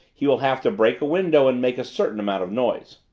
he will have to break a window and make a certain amount of noise.